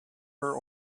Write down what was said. her